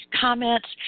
comments